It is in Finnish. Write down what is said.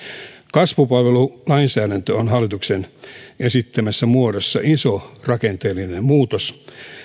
kasvupalvelulainsäädäntö on hallituksen esittämässä muodossa iso rakenteellinen muutos